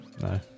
no